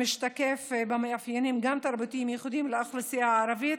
המשתקף גם במאפיינים תרבותיים ייחודיים לאוכלוסייה הערבית,